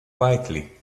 quietly